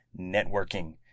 networking